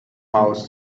mouse